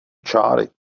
čáry